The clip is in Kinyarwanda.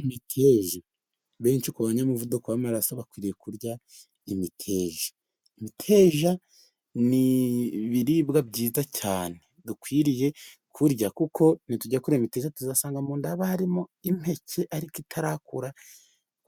Imiteja, benshi ku banyamuvuduko w'amaraso bakwiriye kurya imiteja, ni ibiribwa byiza cyane dukwiriye kurya, kuko nitujya kureba tuzasanga mu nda haba harimo impeke ariko itarakura,